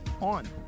on